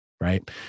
right